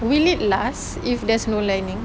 will it last if there's no lining